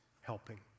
helping